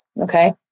okay